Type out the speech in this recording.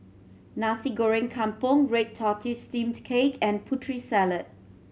Nasi Goreng Kampung red tortoise steamed cake and Putri Salad